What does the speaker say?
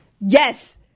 yes